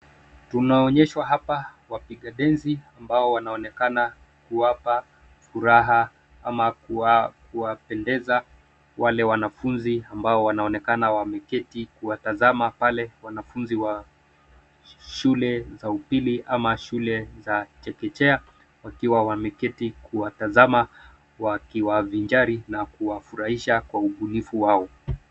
Tunaonyeshwa hapa wapiga densi ambao wanaonekana kuwapa furaha ama kuwapendeza wale wanafunzi ambao wanaonekana wameketi kuwatazama pale, wanafunzi wa shule za upili ama shule za chekechea wakiwa wameketi kuwatazama kwa kiwavinjari na kuwafurahisha kwa ubunifu wao.